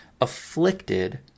afflicted